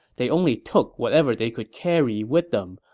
they only took whatever they could carry with them,